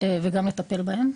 וגם לטפל בהם.